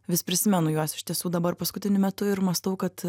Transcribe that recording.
vis prisimenu juos iš tiesų dabar paskutiniu metu ir mąstau kad